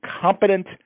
competent